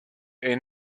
est